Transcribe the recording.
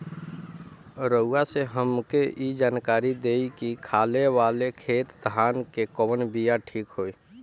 रउआ से हमके ई जानकारी देई की खाले वाले खेत धान के कवन बीया ठीक होई?